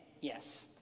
yes